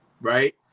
Right